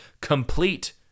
complete